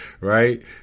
right